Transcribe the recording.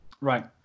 Right